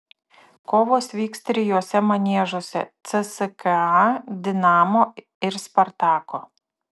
kovos vyks trijuose maniežuose cska dinamo ir spartako